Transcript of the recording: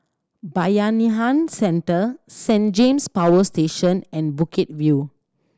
Bayanihan Centre Saint James Power Station and Bukit View